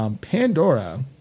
Pandora